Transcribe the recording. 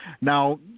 Now